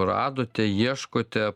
radote ieškote